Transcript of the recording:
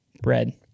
bread